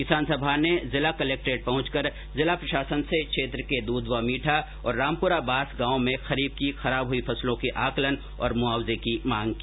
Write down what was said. किसान सभा ने जिला कलेक्ट्रेट पहुंचकर जिला प्रशासन से क्षेत्र के दुधवामीठा और रामपुरा बास गांव में खरीफ की खराब हुई फसलों के आंकलन और मुआवजे की मांग की